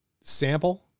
sample